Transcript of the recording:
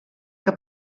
que